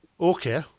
okay